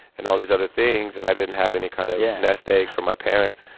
and all these other things. and i didn't have any kind of. yeah. nest egg for my parents.